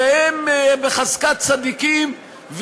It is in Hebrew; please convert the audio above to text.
והם בחזקת צדיקים,